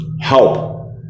help